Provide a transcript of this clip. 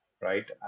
right